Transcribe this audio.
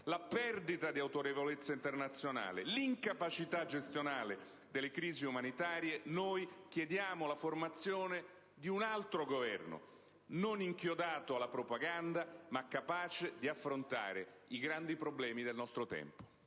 alla perdita di autorevolezza internazionale e all'incapacità gestionale delle crisi umanitarie, noi chiediamo la formazione di un altro Governo, non inchiodato alla propaganda, ma capace di affrontare i grandi problemi del nostro